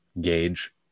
gauge